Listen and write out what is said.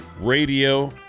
radio